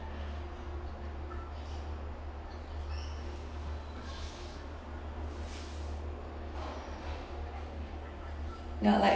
ya like